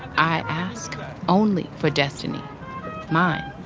i ask only for destiny mine,